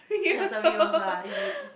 nursery also ah is it